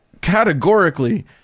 categorically